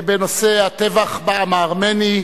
בנושא: הטבח בעם הארמני,